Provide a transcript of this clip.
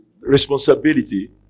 responsibility